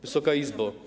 Wysoka Izbo!